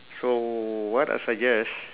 so what I suggest